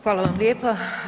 Hvala vam lijepa.